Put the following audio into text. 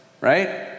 right